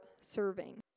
serving